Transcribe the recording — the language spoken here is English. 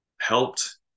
helped